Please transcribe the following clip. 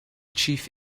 chief